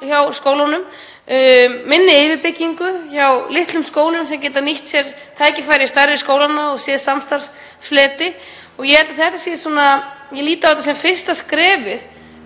hjá skólunum, minni yfirbyggingu hjá litlum skólum sem geta nýtt sér tækifæri stærri skólanna og séð samstarfsfleti. Ég lít á þetta sem fyrsta skrefið